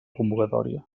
convocatòria